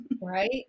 Right